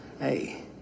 Hey